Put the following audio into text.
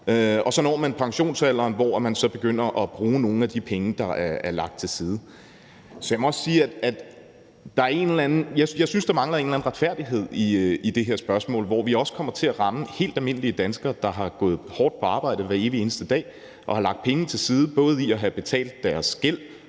og så når man pensionsalderen, hvor man så begynder at bruge nogle af de penge, der er lagt til side. Så jeg må sige, at jeg synes, der mangler en eller anden retfærdighed i det her, hvor vi kommer til også at ramme helt almindelige danskere, der har gået på arbejde og arbejdet hårdt hver evig eneste dag og har lagt penge til side, både ved at have betalt deres gæld